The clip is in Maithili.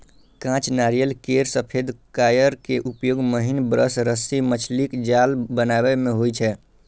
कांच नारियल केर सफेद कॉयर के उपयोग महीन ब्रश, रस्सी, मछलीक जाल बनाबै मे होइ छै